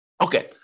Okay